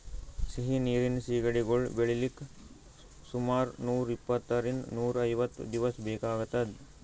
ಸಿಹಿ ನೀರಿನ್ ಸಿಗಡಿಗೊಳ್ ಬೆಳಿಲಿಕ್ಕ್ ಸುಮಾರ್ ನೂರ್ ಇಪ್ಪಂತ್ತರಿಂದ್ ನೂರ್ ಐವತ್ತ್ ದಿವಸ್ ಬೇಕಾತದ್